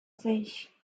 sich